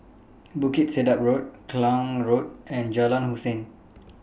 Bukit Sedap Road Klang Road and Jalan Hussein